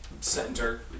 center